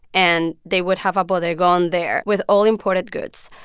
and they would have a bodegon there with all imported goods.